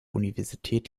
universität